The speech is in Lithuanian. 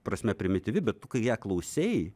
prasme primityvi bet tu kai ją klausei